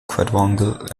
quadrangle